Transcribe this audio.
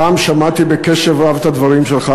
הפעם שמעתי בקשב רב את הדברים שלך,